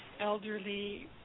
elderly